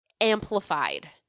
amplified